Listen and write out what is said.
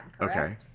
Okay